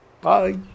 bye